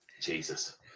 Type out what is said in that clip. Jesus